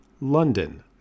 London